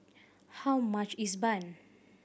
how much is bun